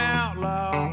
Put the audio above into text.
outlaw